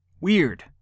Weird